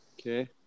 Okay